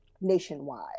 nationwide